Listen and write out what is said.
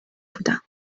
بودم